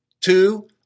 Two